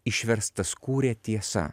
išverstaskūrė tiesa